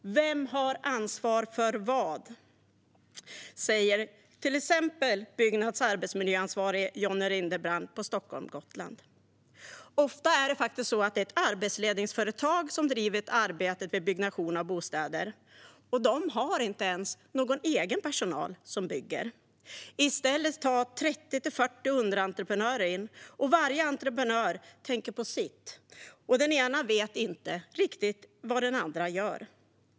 Vem har ansvar för vad? Det säger till exempel Johnny Rindebrandt, arbetsmiljöansvarig på Byggnads Stockholm-Gotland. Ofta är det faktiskt ett arbetsledningsföretag som driver arbetet vid byggnation av bostäder, och det har inte ens någon egen personal som bygger. I stället tas 30-40 underentreprenörer in. Varje entreprenör tänker på sitt, och den ena vet inte riktigt vad den andra gör.